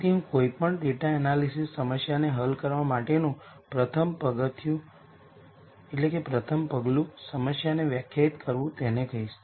તેથી હું કોઈપણ ડેટા એનાલિસિસ સમસ્યાને હલ કરવા માટેનું પ્રથમ પગલું સમસ્યાને વ્યાખ્યાયિત કરવું તેને કહીશ